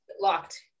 locked